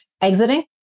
exiting